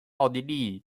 奥地利